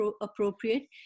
appropriate